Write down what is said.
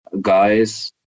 guys